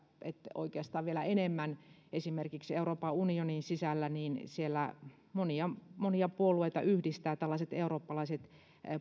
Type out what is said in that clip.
oikeastaan vielä enemmän että esimerkiksi euroopan unionin sisällä monia monia puolueita yhdistävät tällaiset eurooppalaiset